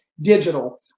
digital